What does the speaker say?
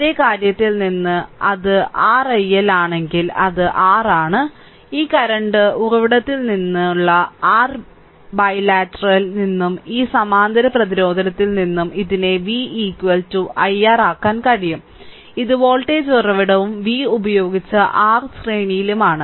അതേ കാര്യത്തിൽ നിന്ന് അത് r iL ആണെങ്കിൽ അത് R ആണ് ഈ കറന്റ് ഉറവിടത്തിൽ നിന്നുള്ള r ബൈലാറ്ററൽ നിന്നും ഈ സമാന്തര പ്രതിരോധത്തിൽ നിന്നും ഇതിനെ v i R ആക്കാൻ കഴിയും ഇത് വോൾട്ടേജ് ഉറവിടവും v ഉപയോഗിച്ച് R ശ്രേണിയിലുമാണ്